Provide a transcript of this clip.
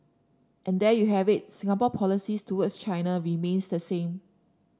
and there you have it Singapore policy towards China remains the same